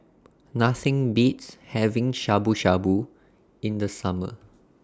Nothing Beats having Shabu Shabu in The Summer